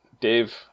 Dave